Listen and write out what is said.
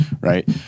Right